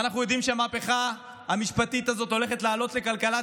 ואנחנו יודעים שהמהפכה המשפטית הזאת הולכת לעלות לכלכלת